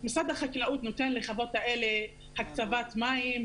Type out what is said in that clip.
משרד החקלאות נותן לחוות האלה הקצבת מים,